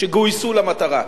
שגויסו למטרה,